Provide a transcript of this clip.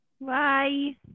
Bye